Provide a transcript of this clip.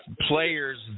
players